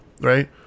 right